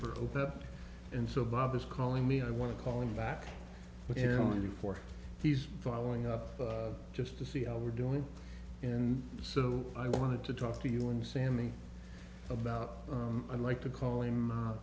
over and so bob is calling me i want to call him back and forth he's following up just to see how we're doing and so i wanted to talk to you and sammy about i'd like to call him